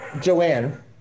Joanne